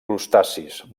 crustacis